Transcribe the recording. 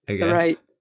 Right